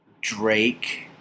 Drake